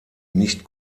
nicht